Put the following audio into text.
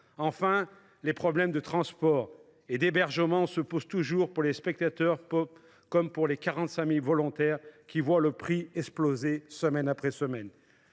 Enfin, les problèmes de transport et d’hébergement se posent toujours pour les spectateurs, comme pour les 45 000 volontaires, qui voient les prix exploser semaine après semaine.